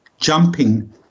jumping